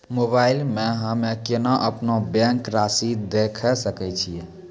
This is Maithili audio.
मोबाइल मे हम्मय केना अपनो बैंक रासि देखय सकय छियै?